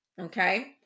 Okay